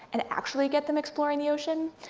and actually get them exploring the ocean.